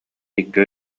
икки